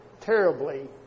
terribly